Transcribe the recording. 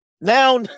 Now